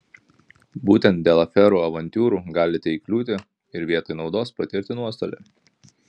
būtent dėl aferų avantiūrų galite įkliūti ir vietoj naudos patirti nuostolį